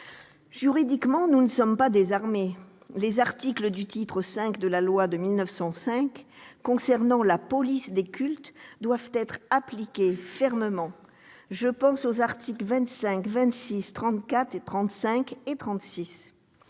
Juridiquement, nous ne sommes pas désarmés. Les articles du titre V de la loi de 1905 concernant la police des cultes doivent être appliqués fermement. Je pense aux articles 25, 26, 34, 35 et 36.